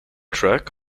truck